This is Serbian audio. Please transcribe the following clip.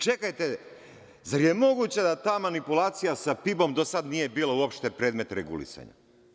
Čekajte, zar je moguće da ta manipulacija sa PIB-om do sad nije bila uopšte predmet regulisanja?